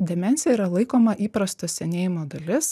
demencija yra laikoma įprasto senėjimo dalis